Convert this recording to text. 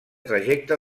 trajecte